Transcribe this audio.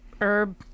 herb